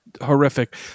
horrific